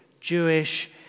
Jewish